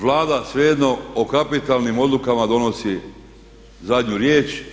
Vlada svejedno o kapitalnim odlukama donosi zadnju riječ.